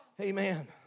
Amen